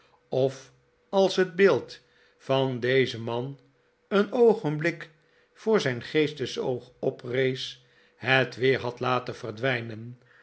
of als het beeld van dezen man een oogenblik voor zijn geestesoog oprees het weer had laten verdwijnen